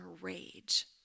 rage